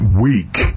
weak